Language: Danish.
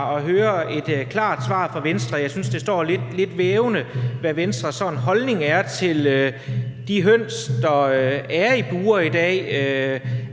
at høre et klart svar fra Venstre, for jeg synes, det er lidt vævende, hvad Venstres holdning sådan er til de høns, der er i bure i dag: